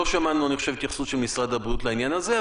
אני חושב שלא שמענו התייחסות של משרד הבריאות לעניין הזה,